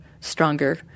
stronger